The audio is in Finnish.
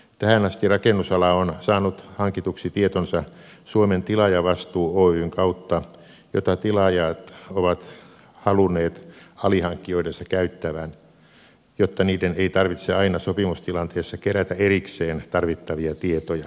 tähän asti rakennusala on saanut hankituksi tietonsa suomen tilaajavastuu oyn kautta jota tilaajat ovat halunneet alihankkijoidensa käyttävän jotta niiden ei tarvitse aina sopimustilanteessa kerätä erikseen tarvittavia tietoja